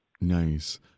Nice